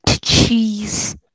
cheese